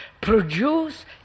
produce